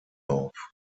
auf